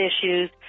issues